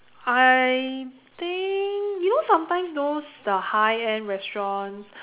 I think you know sometimes those the high end restaurants